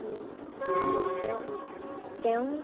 তেওঁ তেওঁ